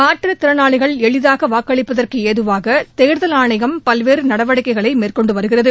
மாற்றுத்திறனாளிகள் எளிதாக வாக்களிப்பதற்கு ஏதுவாக தேர்தல் ஆணையம் பல்வேறு நடவடிக்கைகளை மேற்கொண்டு வருகிறது